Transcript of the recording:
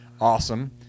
awesome